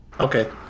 Okay